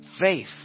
faith